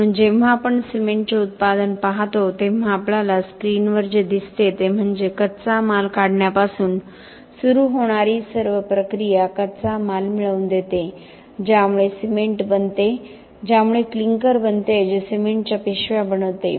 म्हणून जेव्हा आपण सिमेंटचे उत्पादन पाहतो तेव्हा आपल्याला स्क्रीनवर जे दिसते ते म्हणजे कच्चा माल काढण्यापासून सुरू होणारी सर्व प्रक्रिया कच्चा माल मिळवून देते ज्यामुळे सिमेंट बनते ज्यामुळे क्लिंकर बनते जे सिमेंटच्या पिशव्या बनवते